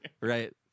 right